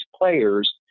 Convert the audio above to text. players